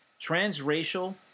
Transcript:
Transracial